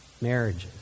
marriages